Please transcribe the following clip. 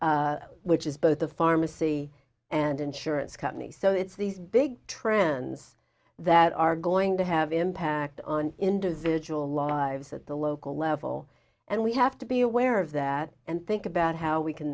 which is both a pharmacy and insurance company so it's these big trends that are going to have impact on individual lives at the local level and we have to be aware of that and think about how we can